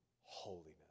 holiness